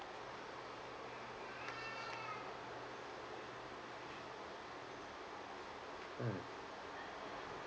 mm